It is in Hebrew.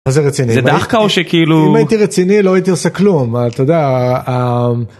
זה רציני זה דאחקה או שכאילו אם הייתי רציני לא הייתי עושה כלום.